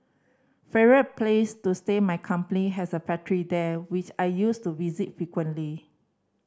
favourite place to stay my company has a factory there which I used to visit frequently